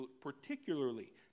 particularly